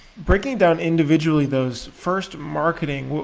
breaking down individually those, first marketing,